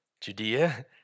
Judea